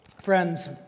Friends